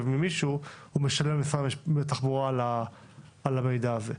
ממישהו הוא משלם למשרד התחבורה עבור המידע הזה.